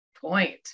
point